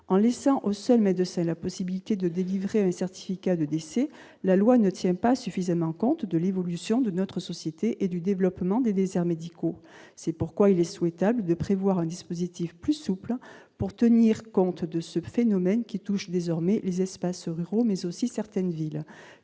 en laissant au seul mais de c'est la possibilité de délivrer un certificat de décès, la loi ne tient pas suffisamment compte de l'évolution de notre société et du développement des déserts médicaux, c'est pourquoi il est souhaitable de prévoir un dispositif plus souple pour tenir compte de ce phénomène qui touche désormais les espaces ruraux, mais aussi certaines villes,